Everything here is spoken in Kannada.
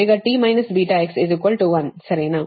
ಇದರರ್ಥ ωt βx 1 ಸರಿನಾ